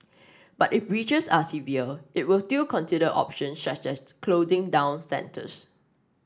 but if breaches are severe it will still consider options such as closing down centres